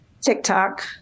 TikTok